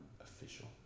official